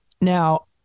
Now